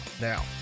Now